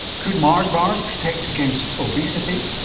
could mars bars protect against obesity?